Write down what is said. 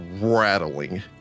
rattling